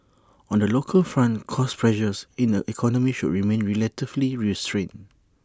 on the local front cost pressures in the economy should remain relatively restrained